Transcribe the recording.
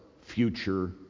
future